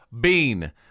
bean